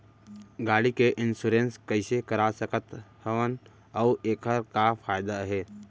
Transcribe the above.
गाड़ी के इन्श्योरेन्स कइसे करा सकत हवं अऊ एखर का फायदा हे?